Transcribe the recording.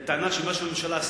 אני מסיים.